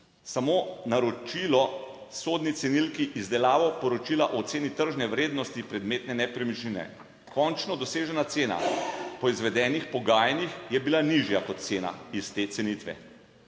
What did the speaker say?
samo naročilo sodni cenilki izdelavo Poročila o oceni tržne vrednosti predmetne nepremičnine. Končno dosežena cena po izvedenih pogajanjih je bila nižja kot cena iz te cenitve.